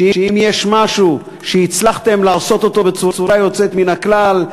שאם יש משהו שהצלחתם לעשות בצורה יוצאת מן הכלל,